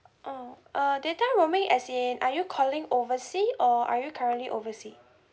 oh uh data roaming as in are you calling oversea or are you currently oversea